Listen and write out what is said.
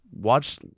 watch